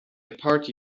party